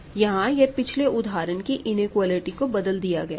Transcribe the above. यहां यह पिछले उदाहरण की इनक्वॉलिटी को बदल दिया गया है